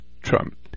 Trump